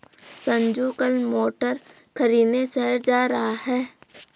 संजू कल मोटर खरीदने शहर जा रहा है